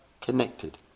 connected